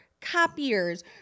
copiers